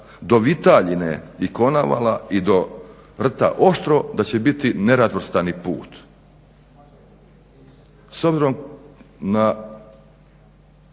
do Vitaljine i Konavala i do Rt-a Oštro da će biti nerazvrstani put. S obzirom na